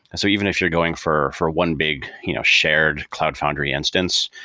and so even if you're going for for one big you know shared cloud foundry instance,